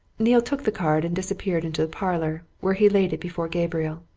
neale took the card and disappeared into the parlour, where he laid it before gabriel.